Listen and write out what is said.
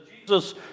Jesus